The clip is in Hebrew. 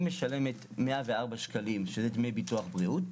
והיא משלמת דמי ביטוח בריאות